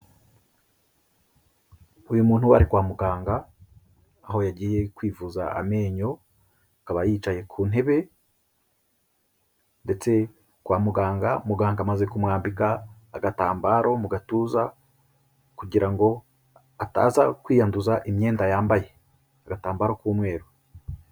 Uyu muntu ari kwa muganga, aho yagiye kwivuza amenyo, akaba yicaye ku ntebe ndetse kwa muganga. Muganga amaze kumwambika agatambaro mu gatuza kugira ngo ataza kwiyanduza imyenda yambaye agatambaro k'umweru.